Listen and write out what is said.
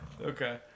Okay